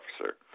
officer